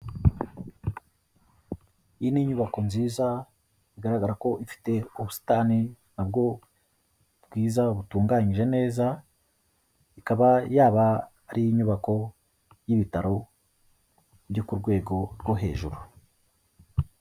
Iyi ni inyubako nziza bigaragara ko ifite ubusitani nabwo bwiza butunganyije neza, ikaba yaba ari inyubako y'ibitaro byo ku rwego rwo hejuru.